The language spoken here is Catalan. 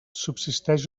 subsisteix